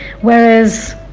whereas